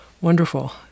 Wonderful